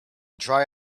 dry